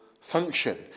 function